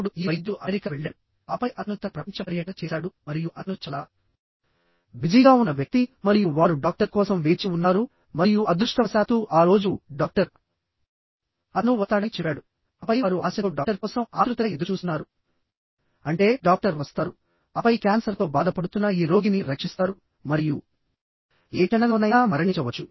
ఇప్పుడు ఈ వైద్యుడు అమెరికా వెళ్ళాడు ఆపై అతను తన ప్రపంచ పర్యటన చేసాడు మరియు అతను చాలా బిజీగా ఉన్న వ్యక్తి మరియు వారు డాక్టర్ కోసం వేచి ఉన్నారు మరియు అదృష్టవశాత్తూ ఆ రోజు డాక్టర్ అతను వస్తాడని చెప్పాడు ఆపై వారు ఆశతో డాక్టర్ కోసం ఆత్రుతగా ఎదురుచూస్తున్నారు అంటే డాక్టర్ వస్తారు ఆపై క్యాన్సర్తో బాధపడుతున్న ఈ రోగిని రక్షిస్తారుమరియు ఏ క్షణంలోనైనా మరణించవచ్చు